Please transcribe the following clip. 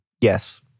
yes